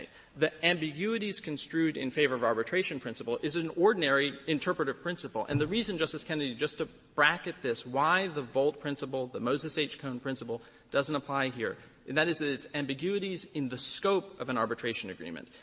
the the ambiguities construed in favor of arbitration principle is an ordinary interpretive principle. and the reason, justice kennedy, just to bracket this, why the volt principle, the moses h. cone principle doesn't apply here, and that is that it's ambiguities in the scope of an arbitration agreement.